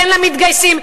כן למתגייסים,